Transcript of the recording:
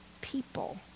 people